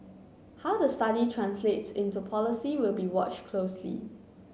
how the study translates into policy will be watch closely